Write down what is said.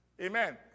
Amen